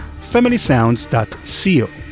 FamilySounds.co